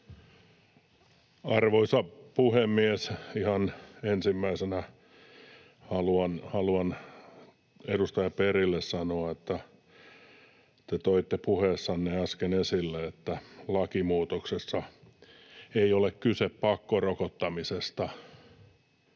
Arvoisa puhemies! Ihan ensimmäisenä haluan edustaja Bergille sanoa, että te toitte puheessanne äsken esille, että lakimuutoksessa ei ole kyse pakkorokottamisesta.